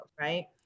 right